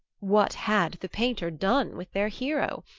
what had the painter done with their hero?